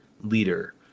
leader